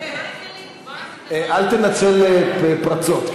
אל תנצל פרצות.